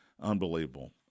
Unbelievable